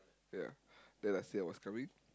ya then I said I was coming